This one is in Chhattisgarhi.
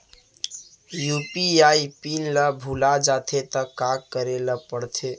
यू.पी.आई पिन ल भुला जाथे त का करे ल पढ़थे?